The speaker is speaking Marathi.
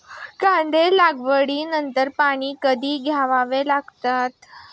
कांदा लागवडी नंतर पाणी कधी द्यावे लागते?